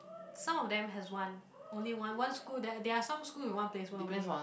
some of them has one only one one school then there are some school with one placement only